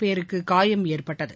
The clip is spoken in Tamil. பேருக்கு காயம் ஏற்பட்டது